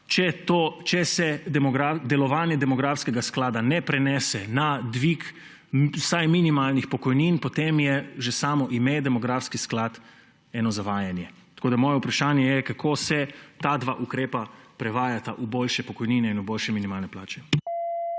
Če se delovanje demografskega sklada ne prenese na dvig vsaj minimalnih pokojnin, potem je že samo ime demografski sklad zavajanje. Moje vprašanje je: Kako se ta dva ukrepa prevajata v boljše pokojnine in v boljše minimalne plače?